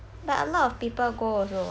but a lot of people go also